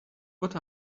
what